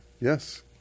Yes